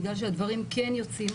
בגלל שהדברים כן יוצאים,